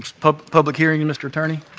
public public hearing, mr. attorney?